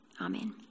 Amen